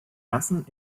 ersten